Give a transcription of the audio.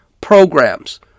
programs